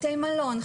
בתי מלון,